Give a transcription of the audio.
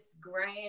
grand